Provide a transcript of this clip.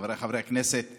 חבריי חברי הכנסת,